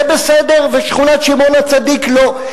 זה בסדר, ושכונת שמעון-הצדיק לא?